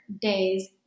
days